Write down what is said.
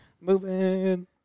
Moving